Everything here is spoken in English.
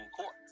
Court